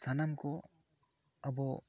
ᱥᱟᱱᱟᱢ ᱠᱚ ᱟᱵᱚ